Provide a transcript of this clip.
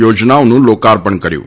યોજનાઓનું લોકાર્પણ કર્યુ